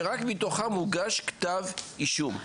שרק מתוכם הוגש כתב אישום.